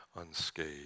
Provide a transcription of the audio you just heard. unscathed